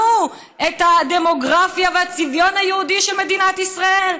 את הדמוגרפיה והצביון היהודי של מדינת ישראל,